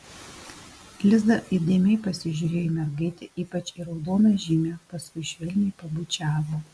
liza įdėmiai pasižiūrėjo į mergaitę ypač į raudoną žymę paskui švelniai pabučiavo